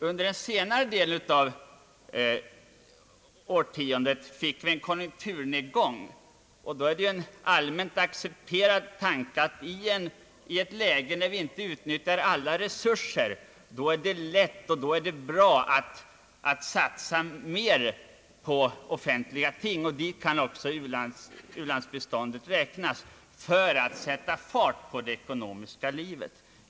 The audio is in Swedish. Under den senare delen av årtiondet fick vi en konjunkturnedgång, och det är en allmänt accepterad tanke att i ett läge när vi inte utnyttjar alla resurser är det lätt och bra att satsa mer än annars på offentliga ting för att sätta fart på det ekonomiska livet.